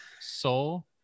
soul